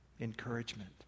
Encouragement